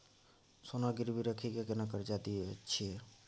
सोना गिरवी रखि के केना कर्जा दै छियै?